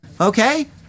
okay